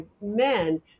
men